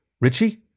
Richie